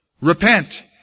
Repent